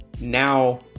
now